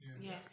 Yes